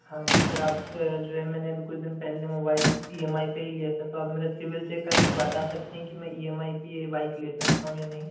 हाँ जी सर आप से जो हैं मैंने अभी कुछ दिन पहले मोबाइल ई एम आई पर ही लिया था तो आप मेरे सिविल चेक कर के बता सकते हैं कि मैं ई एम आई पर बाइक ले सकता हूँ या नहीं